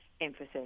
emphasis